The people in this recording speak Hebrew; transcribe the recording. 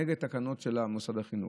נגד התקנות של מוסד החינוך.